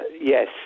Yes